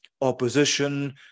opposition